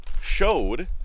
showed